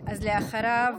אחריו,